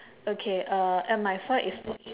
okay uh at my side it's pro~